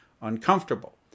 uncomfortable